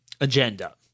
agenda